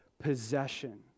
possession